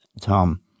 Tom